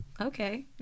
okay